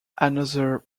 another